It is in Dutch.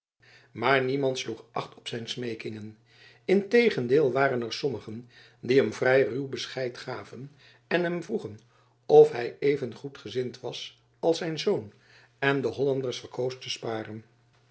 maar niemand sloeg acht op zijn smeekingen integendeel waren er sommigen die hem vrij ruw bescheid gaven en hem vroegen of hij evengoed gezind was als zijn zoon en de hollanders verkoos te sparen